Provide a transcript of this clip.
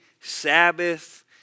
Sabbath